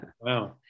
wow